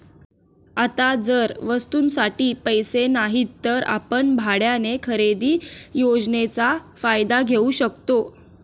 आता जर वस्तूंसाठी पैसे नाहीत तर आपण भाड्याने खरेदी योजनेचा फायदा घेऊ शकता